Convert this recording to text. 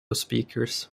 speakers